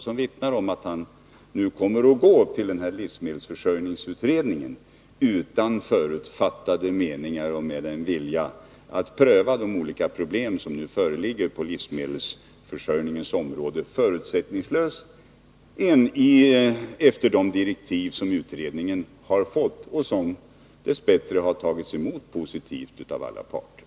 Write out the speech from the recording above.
Den vittnar om att han nu kommer att gå till den här livsmedelsförsörjningsutredningen utan förutfattade meningar och med en vilja att pröva de olika problem som nu föreligger på livsmedelsförsörjningens område förutsättningslöst efter de direktiv som utredningen har fått och som dess bättre har tagits emot positivt av alla parter.